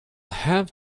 have